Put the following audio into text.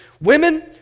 women